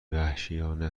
وحشیانه